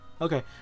Okay